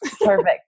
Perfect